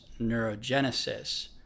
neurogenesis